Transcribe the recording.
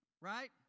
Right